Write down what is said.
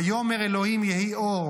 ויאמר אלוהים יהי אור.